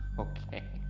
okay.